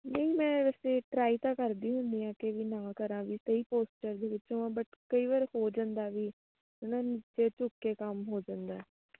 ਨਹੀਂ ਮੈਂ ਵੈਸੇ ਟਰਾਈ ਤਾਂ ਕਰਦੀ ਹੁੰਦੀ ਹਾਂ ਕਿ ਵੀ ਨਾ ਕਰਾਂ ਵੀ ਸਹੀ ਪੋਸਚਰ ਦੇ ਵਿੱਚੋਂ ਬਟ ਕਈ ਵਾਰ ਹੋ ਜਾਂਦਾ ਵੀ ਹੈ ਨਾ ਨੀਚੇ ਝੁਕ ਕੇ ਕੰਮ ਹੋ ਜਾਂਦਾ